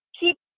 keep